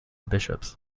bishops